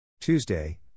Tuesday